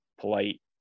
polite